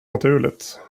naturligt